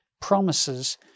promises